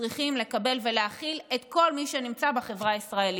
צריכים לקבל ולהכיל את כל מי שנמצא בחברה הישראלית.